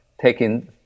taking